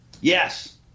yes